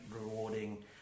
rewarding